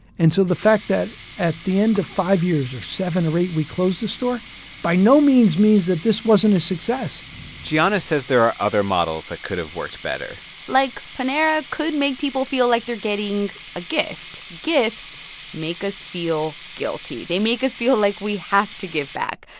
and so the fact that at the end of five years or seven, or eight we closed the store by no means means that this wasn't a success giana says there are other models that could've worked better like, like, panera could make people feel like they're getting a gift. gifts make us feel guilty. they make us feel like we have to give back.